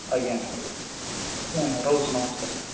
ଆଜ୍ଞା ଆଜ୍ଞା ଆଜ୍ଞା ରହୁଛି ନମସ୍କାର